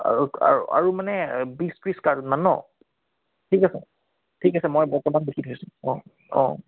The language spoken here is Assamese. আৰু আৰু আৰু মানে বিছ পিছ্মান ন ঠিক আছে ঠিক আছে মই অকণমান বেছি থৈছোঁ অঁ অঁ